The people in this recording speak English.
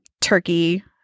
turkey